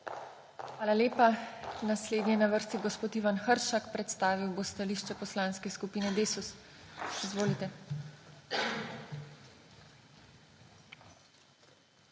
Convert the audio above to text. Hvala lepa. Naslednji je na vrsti gospod Ivan Hršak, predstavil bo stališče Poslanske skupine Desus. Izvolite.